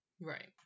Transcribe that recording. Right